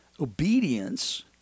Obedience